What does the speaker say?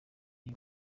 n’u